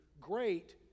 great